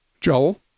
Joel